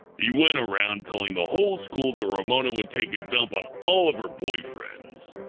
he went around telling the whole school that ramona would take a dump on all of her boyfriends.